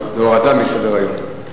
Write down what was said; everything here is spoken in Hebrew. הורדה מסדר-היום.